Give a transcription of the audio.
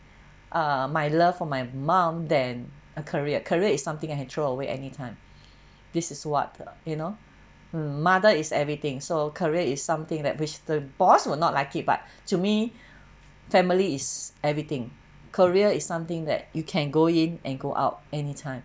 err my love for my mom then a career career is something I can throw away anytime this is what you know mother is everything so career is something that which the boss will not like it but to me family is everything career is something that you can go in and go out anytime